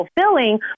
fulfilling